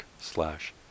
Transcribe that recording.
slash